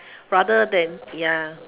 rather than ya